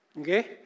Okay